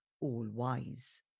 all-wise